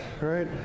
right